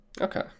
Okay